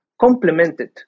Complemented